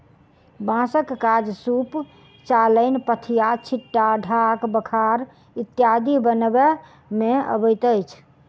बाँसक काज सूप, चालैन, पथिया, छिट्टा, ढाक, बखार इत्यादि बनबय मे अबैत अछि